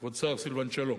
כבוד השר סילבן שלום,